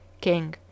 King